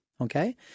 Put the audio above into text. Okay